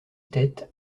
tête